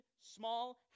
small